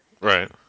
Right